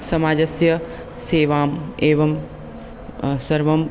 समाजस्य सेवाम् एवं सर्वं